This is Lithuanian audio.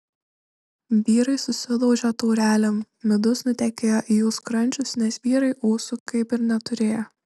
vyrai susidaužė taurelėm midus nutekėjo į jų skrandžius nes vyrai ūsų kaip ir neturėjo